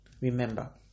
Remember